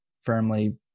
firmly